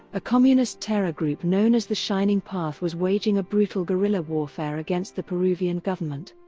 a communist terror group known as the shining path was waging a brutal guerrilla warfare against the peruvian government.